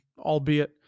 albeit